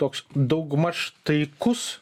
toks daugmaž taikus